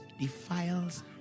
defiles